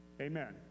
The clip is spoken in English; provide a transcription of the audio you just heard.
Amen